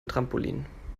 trampolin